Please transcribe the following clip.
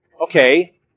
Okay